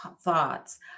thoughts